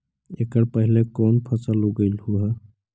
एकड़ पहले कौन फसल उगएलू हा?